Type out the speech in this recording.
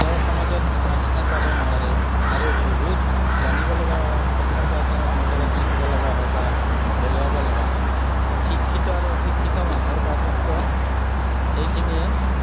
তেওঁ সমাজত আগস্থান পাব নোৱাৰে আৰু বহুত জানিবলগা কথাৰ পৰা তেওঁ আঁতৰত থাকিব লগা হয় বা হেৰুৱাব লগা হয় শিক্ষিত আৰু অশিক্ষিত মানুহৰ পাৰ্থক্য এইখিনিয়েই